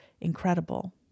incredible